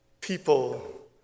people